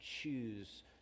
choose